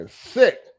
sick